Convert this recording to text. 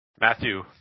Matthew